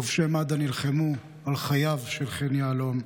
חובשי מד"א נלחמו על חייו של חן יהלום,